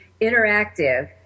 interactive